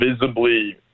visibly